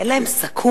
אין להם סכו"ם.